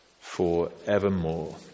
forevermore